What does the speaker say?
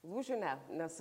lūžių ne nesu